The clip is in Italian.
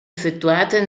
effettuate